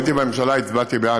הייתי בממשלה, הצבעתי גם